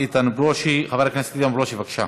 איתן ברושי, חבר הכנסת איתן ברושי, בבקשה.